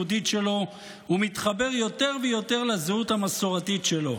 היהודית שלו ומתחבר יותר ויותר לזהות המסורתית שלו.